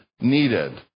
needed